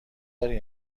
داری